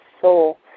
soul